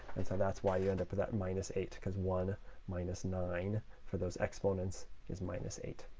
and so that's why you end up with that minus eight, because one minus nine for those exponents is minus eight.